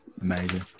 Amazing